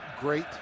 great